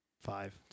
Five